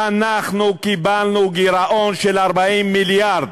אנחנו קיבלנו גירעון של 40 מיליארד,